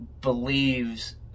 believes